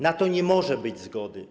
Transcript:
Na to nie może być zgody.